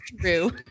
true